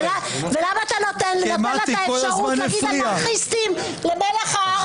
למה אתה נותן לה את האפשרות להגיד "אנרכיסטים" למלח הארץ?